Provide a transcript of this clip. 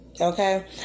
Okay